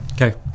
Okay